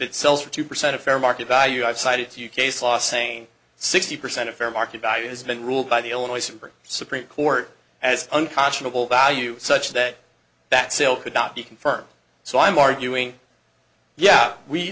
it sells for two percent a fair market value i've cited to you case law saying sixty percent of fair market value has been ruled by the illinois supreme supreme court as unconscionable value such that that sale could not be confirmed so i'm arguing yeah we